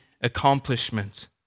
accomplishment